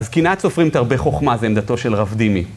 אז קנאת סופרים תרבה חוכמה, זה עמדתו של רב דימי.